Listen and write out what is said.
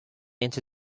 into